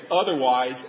otherwise